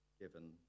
given